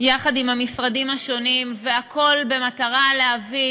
יחד עם המשרדים השונים, והכול במטרה להביא